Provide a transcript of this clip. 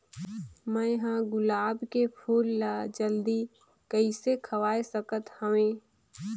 मैं ह गुलाब के फूल ला जल्दी कइसे खवाय सकथ हवे?